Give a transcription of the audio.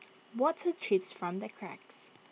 water drips from the cracks